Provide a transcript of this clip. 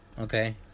Okay